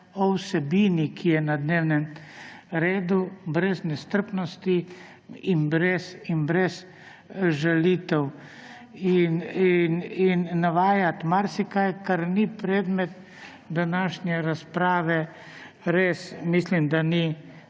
o vsebini, ki je na dnevnem redu, brez nestrpnosti in brez žalitev. In navajati marsikaj, kar ni predmet današnje razprave, res mislim, da ni korektno